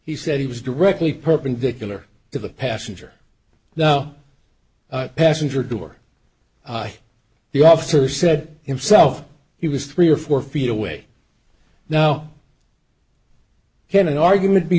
he said he was directly perpendicular to the passenger now passenger door the officer said himself he was three or four feet away now had an argument